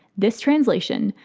this translation,